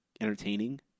entertaining